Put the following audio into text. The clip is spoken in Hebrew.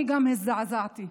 אני הזדעזעתי.